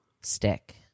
stick